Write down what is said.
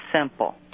simple